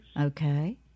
Okay